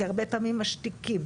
כי הרבה פעמים משתיקים,